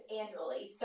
annually